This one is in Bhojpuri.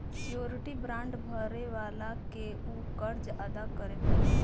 श्योरिटी बांड भरे वाला के ऊ कर्ज अदा करे पड़ी